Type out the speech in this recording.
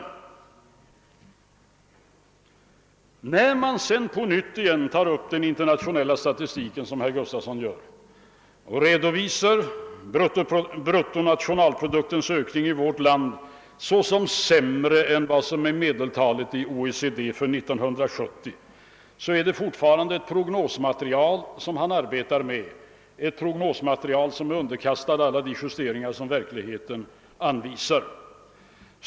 När man sedan på nytt tar upp den internationella statistiken, som herr Gustafson gör, och redovisar bruttonationalproduktens ökning i vårt land såsom sämre än vad som är medeltalet i OECD för 1970 är det fortfarande ett prognosmaterial som man arbetar med, ett prognosmaterial som är underkastat alla de förändringar som i verkligheten kommer att ske.